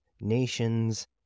nations